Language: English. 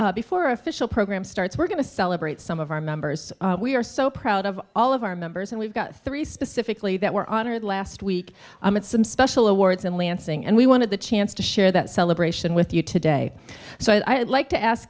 today before our official program starts we're going to celebrate some of our members we are so proud of all of our members and we've got three specifically that were honored last week amid some special awards in lansing and we wanted the chance to share that celebration with you today so i'd like to ask